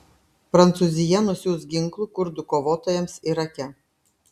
prancūzija nusiųs ginklų kurdų kovotojams irake